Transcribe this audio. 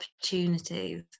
opportunities